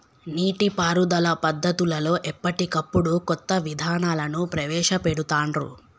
నీటి పారుదల పద్దతులలో ఎప్పటికప్పుడు కొత్త విధానాలను ప్రవేశ పెడుతాన్రు